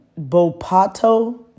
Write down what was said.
Bopato